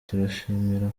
turishimira